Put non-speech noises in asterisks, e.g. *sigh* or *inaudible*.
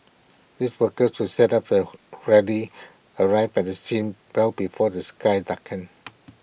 these workers who set up the *noise* rally arrive at the scene well before the sky darkens